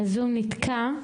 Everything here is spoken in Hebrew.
--- הזום נתקע.